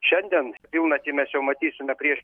šiandien pilnatį mes jau matysime prieš